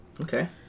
Okay